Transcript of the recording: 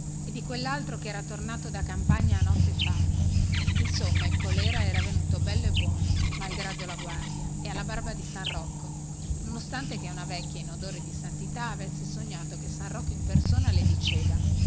e di quellaltro che era tornato da campagna a notte fatta insomma il colera era venuto bello e buono malgrado la guardia e in barba a san rocco nonostante che una vecchia in odore di santità avesse sognato che san rocco in persona le diceva